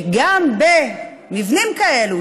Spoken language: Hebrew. וגם מבנים כאלה,